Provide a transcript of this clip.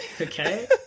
Okay